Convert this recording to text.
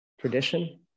tradition